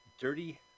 Dirty